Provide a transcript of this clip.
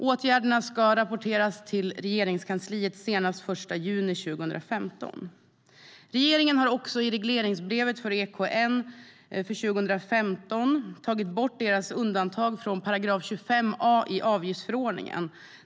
Åtgärderna ska rapporteras till Regeringskansliet senast den 1 juni 2015.Regeringen har i regleringsbrevet för EKN för 2015 tagit bort dess undantag från § 25 a i avgiftsförordningen.